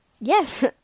Yes